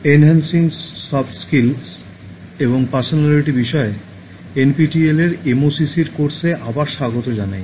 enhancing soft skills এবং personality বিষয়ে NPTEL এর এমওসিসির কোর্সে আবার স্বাগত জানাই